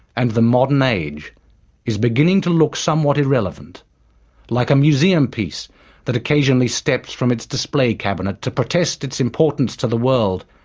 and the modern age is beginning to look somewhat irrelevant like a museum piece that occasionally steps from its display cabinet to protest its importance to the world,